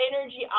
energy